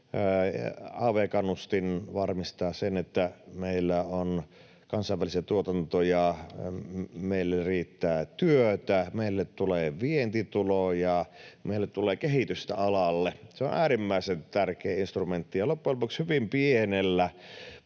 Av-kannustin varmistaa sen, että meillä on kansainvälisiä tuotantoja, meille riittää työtä, meille tulee vientituloja, meille tulee kehitystä alalle. Se on äärimmäisen tärkeä instrumentti, ja loppujen lopuksi hyvin pienellä